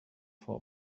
for